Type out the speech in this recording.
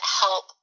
help